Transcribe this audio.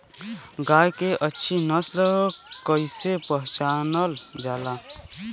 गाय के अच्छी नस्ल कइसे पहचानल जाला?